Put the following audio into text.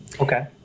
Okay